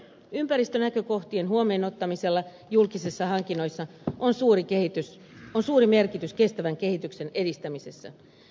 ympäristönäkökohtien huomioon ottamisella julkisissa hankinnoissa on suuri merkitys kestävän kehityksen edistämisessä